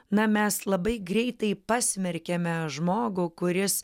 na mes labai greitai pasmerkiame žmogų kuris